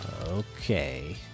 Okay